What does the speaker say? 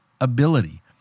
ability